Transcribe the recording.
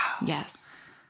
Yes